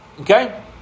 okay